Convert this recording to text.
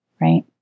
right